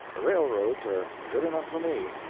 the railroads are good enough for me.